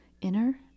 inner